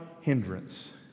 hindrance